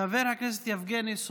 חבר הכנסת עמיחי שיקלי,